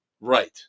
right